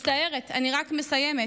מצטערת, אני רק מסיימת.